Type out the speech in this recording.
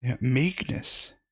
Meekness